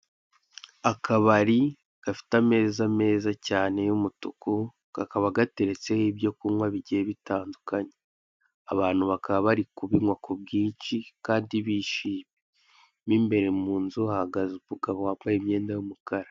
Akabari gafite ameza meza cyane y'umutuku kakaba gateretseho ibyo kunywa bigiye bitandukanye, abantu bakaba bari kubinywa kubwinshi kandi bishimye, mu imbere mu nzu hahagaze umuntu wambaye imyenda y'umukara.